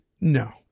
No